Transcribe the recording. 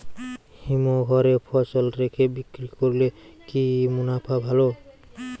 হিমঘরে ফসল রেখে বিক্রি করলে কি মুনাফা ভালো?